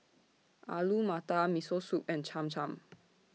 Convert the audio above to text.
Alu Matar Miso Soup and Cham Cham